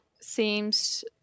seems